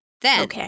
Then-